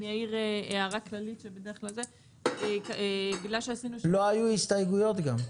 אני אעיר הערה כללית- -- לא היו הסתייגויות גם.